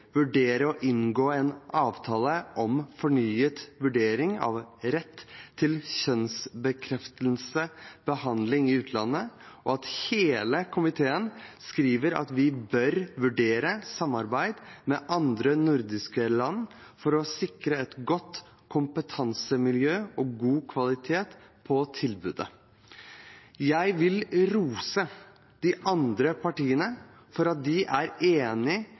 vurdere å inngå en avtale om fornyet vurdering av rett til kjønnsbekreftende behandling i utlandet, og at hele komiteen skriver at vi bør vurdere samarbeid med andre nordiske land for å sikre et godt kompetansemiljø og god kvalitet på tilbudet. Jeg vil rose de andre partiene for at de viser at de er enige,